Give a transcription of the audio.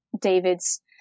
David's